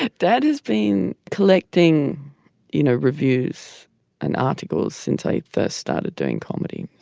ah dad has been collecting you know reviews and articles since i first started doing comedy.